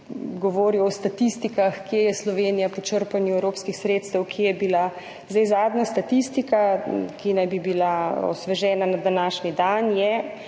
govoril o statistikah, kje je Slovenija po črpanju evropskih sredstev, kje je bila. Zadnja statistika, ki naj bi bila osvežena na današnji dan, je,